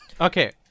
Okay